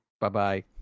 Bye-bye